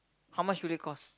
how much will it cost